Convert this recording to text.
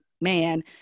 man